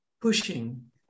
Pushing